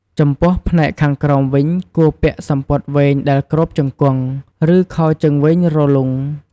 ចំពោះផ្នែកខាងក្រោមវិញ គួរពាក់សំពត់វែងដែលគ្របជង្គង់ ឬខោជើងវែងរលុង។